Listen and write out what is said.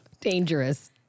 Dangerous